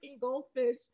goldfish